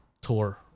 tour